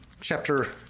chapter